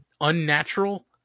unnatural